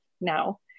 now